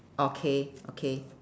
okay okay